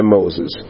Moses